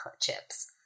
chips